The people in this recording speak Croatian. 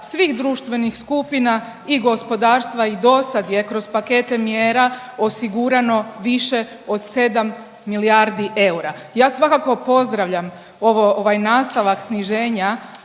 svih društvenih skupina i gospodarstva i do sad je kroz pakete mjera osigurano više od 7 milijardi eura. Ja svakako pozdravljam ovaj nastavak sniženja